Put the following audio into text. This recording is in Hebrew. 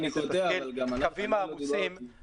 הקווים העמוסים